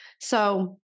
So-